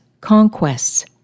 conquests